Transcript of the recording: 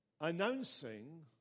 announcing